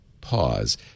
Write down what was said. pause